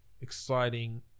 exciting